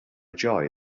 joy